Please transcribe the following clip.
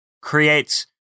creates